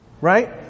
Right